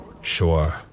Sure